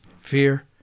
fear